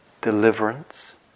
deliverance